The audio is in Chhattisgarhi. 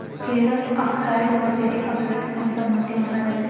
फेरस आकसाईड व फेरिक आकसाईड कोन सा माटी म पाय जाथे?